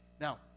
Now